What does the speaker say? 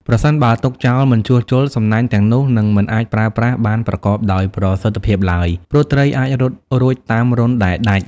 ប្រសិនបើទុកចោលមិនជួសជុល សំណាញ់ទាំងនោះនឹងមិនអាចប្រើប្រាស់បានប្រកបដោយប្រសិទ្ធភាពឡើយ ព្រោះត្រីអាចរត់រួចតាមរន្ធដែលដាច់។